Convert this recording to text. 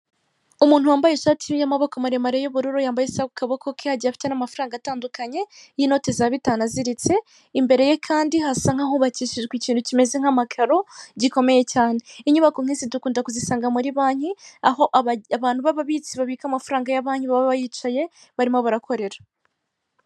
Umuntu wambaye ishati y'amaboko maremare y'ubururu yambaye isaha ku kaboko ke agiye afite n'amafaranga atandukanye y'inote za bitanu aziritse, imbere ye kandi hasa nka hubakishijwe ikintu kimeze nk'amakaro gikomeye cyane. Inyubako nk'izi dukunda kuzisanga muri Banki, aho abantu bababitsi babika amafaranga ya Banki baba bayicaye barimo barakorera.